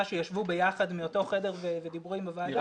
שישבו ביחד מאותו חדר ודיברו עם הוועדה.